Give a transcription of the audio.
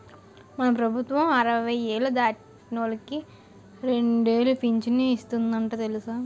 మన ప్రభుత్వం అరవై ఏళ్ళు దాటినోళ్ళకి రెండేలు పింఛను ఇస్తందట తెలుసా